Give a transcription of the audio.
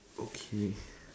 okay